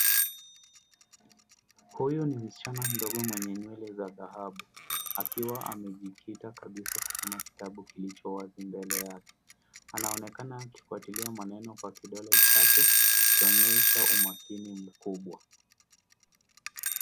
Huyu ni msichana mdogo mwenye nywele za dhahabu akiwa amejikita kabisa kusoma kitabu kilicho wazi mbele yake. Anaonekana akifuatilia maneno kwa kidole chake akionyesha umakini mkubwa.